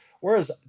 Whereas